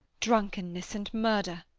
drunkenness and murder!